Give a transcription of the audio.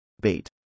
Bait